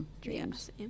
dreams